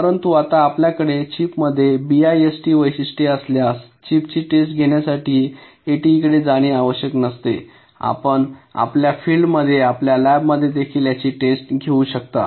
परंतु आता आपल्याकडे चिपमध्ये बीआयएसटी वैशिष्ट्य असल्यास चिपची टेस्ट घेण्यासाठी एटीईकडे जाणे आवश्यक नसते आपण आपल्या फील्ड मध्ये आपल्या लॅबमध्ये देखील याची टेस्ट घेऊ शकता